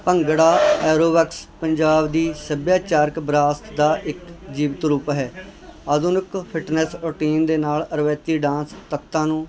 bhangra aerobics Punjab ਦੀ ਸੱਭਿਆਚਾਰਕ ਵਿਰਾਸਤ ਦਾ ਇੱਕ ਜੀਵਤ ਰੂਪ ਹੈ ਆਧੁਨਿਕ ਫਿਟਨੈਸ ਰੂਟੀਨ ਦੇ ਨਾਲ ਅ ਰਵਾਇਤੀ ਡਾਂਸ ਤਖਤਾਂ ਨੂੰ